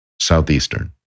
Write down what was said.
Southeastern